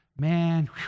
Man